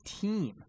team